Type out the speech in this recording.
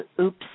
Oops